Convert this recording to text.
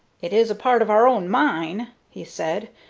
it is a part of our own mine, he said,